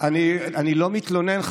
אני לא מתלונן,